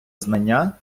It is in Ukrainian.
знання